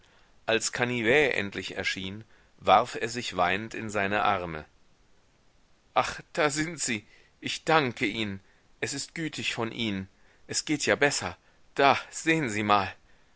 als canivet endlich erschien warf er sich weinend in seine arme ach da sind sie ich danke ihnen es ist gütig von ihnen es geht ja besser da sehen sie mal